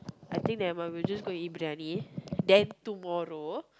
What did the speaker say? I think never mind we'll just go and eat briyani then tomorrow